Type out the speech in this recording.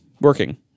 working